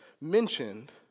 mentioned